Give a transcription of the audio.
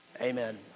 amen